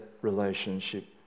relationship